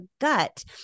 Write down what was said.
gut